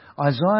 Isaiah